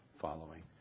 following